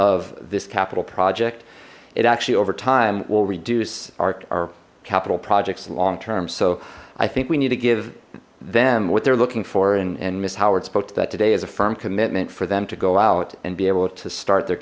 of this capital project it actually over time will reduce our capital projects long term so i think we need to give them what they're looking for and miss howard spoke to that today is a firm commitment for them to go out and be able to start their